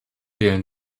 wählen